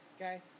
Okay